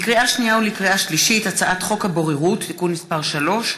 לקריאה שנייה ולקריאה שלישית: הצעת חוק הבוררות (תיקון מס' 3),